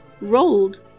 rolled